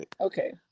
Okay